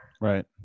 Right